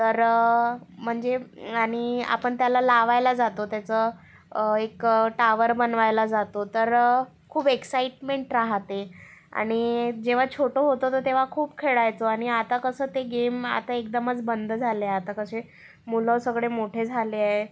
तर म्हणजे आणि आपण त्याला लावायला जातो त्याचं एक टावर बनवायला जातो तर खूप एक्साईटमेंट राहते आणि जेव्हा छोटं होतं तर तेव्हा खूप खेळायचो आणि आता कसं ते गेम आता एकदमच बंद झालेय आता कसे मुलं सगळे मोठे झाले आहेत